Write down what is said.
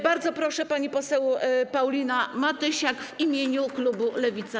Bardzo proszę, pani poseł Paulina Matysiak w imieniu klubu Lewica.